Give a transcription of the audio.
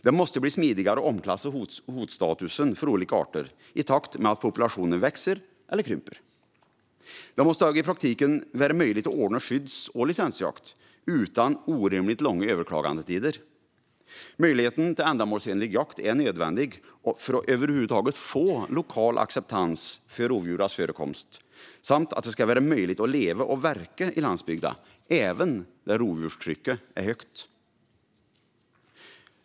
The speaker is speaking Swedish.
Det måste bli smidigare att omklassa hotstatusen för olika arter i takt med att populationer växer eller krymper. Det måste också i praktiken vara möjligt att ordna skydds och licensjakt utan orimligt långa överklagandetider. Möjligheten till ändamålsenlig jakt är nödvändig för att över huvud taget få lokal acceptans för rovdjurens förekomst och för att det ska vara möjligt att leva och verka på landsbygden även där rovdjurstrycket är högt.